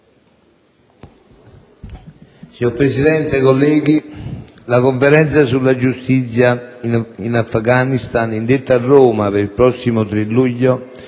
Signor Presidente, colleghi, la Conferenza sulla giustizia in Afghanistan, indetta a Roma per il prossimo 3 luglio,